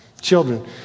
Children